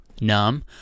Numb